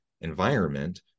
environment